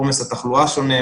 עומס התחלואה שונה,